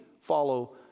follow